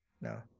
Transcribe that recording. no